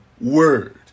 word